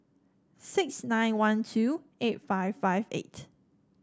six nine one two eight five five eight